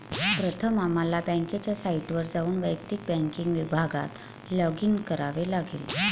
प्रथम आम्हाला बँकेच्या साइटवर जाऊन वैयक्तिक बँकिंग विभागात लॉगिन करावे लागेल